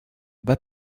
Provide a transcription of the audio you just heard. web